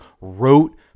wrote